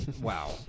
Wow